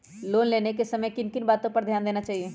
Loan लेने के समय किन किन वातो पर ध्यान देना चाहिए?